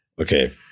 okay